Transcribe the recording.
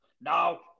Now